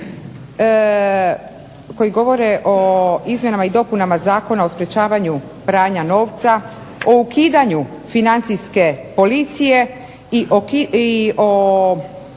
koji govore o izmjenama i dopunama Zakona o sprečavanju prava novca, o ukidanju Financijske policije i o